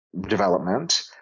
development